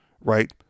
right